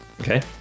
Okay